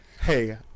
hey